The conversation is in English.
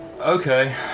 Okay